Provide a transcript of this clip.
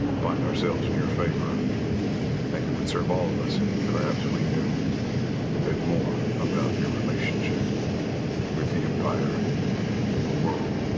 find ourselves in your favor, i think it would serve all of us if, perhaps, we knew a bit more about your relationship with the empire and the world.